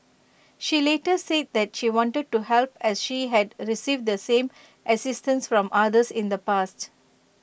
she later said that she wanted to help as she had received the same assistance from others in the past